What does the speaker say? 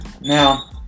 now